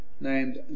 named